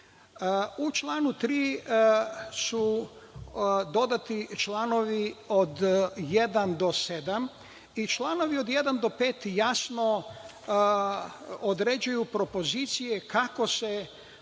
članu 3. su dodati čl. od 1. do 7. i čl. od 1. do 5. jasno određuju propozicije kako se